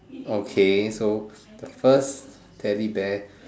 okay so the first Teddy bear